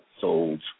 sold